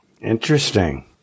Interesting